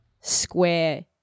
Square